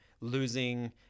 losing